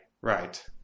right